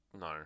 No